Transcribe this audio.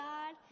God